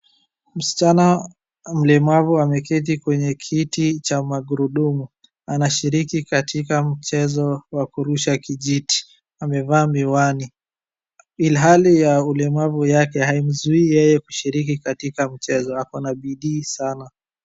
Msichana mlemavu ameketi kwenye kiti cha magurudumu. Anashiriki katika mchezo wa kurusha kijiti. Amevaa miwani. Ilhali ya ulemavu yake haiumuzuii yeye kushiriki katika mchezo, akona bidii sana.